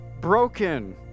broken